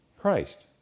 Christ